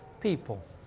people